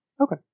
Okay